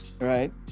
right